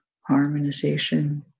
harmonization